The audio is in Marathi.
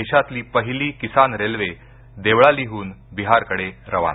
देशातली पहिली किसान रेल्वे देवळालीहून बिहारकडे रवाना